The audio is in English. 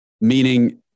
Meaning